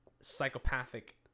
psychopathic